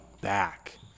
back